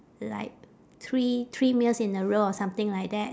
like three three meals in a row or something like that